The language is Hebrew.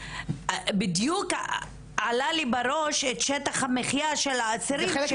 בדיוק עלה לי בראש שטח המחיה של האסירים.